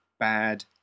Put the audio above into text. Bad